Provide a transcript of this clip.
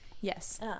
Yes